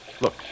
Look